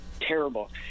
terrible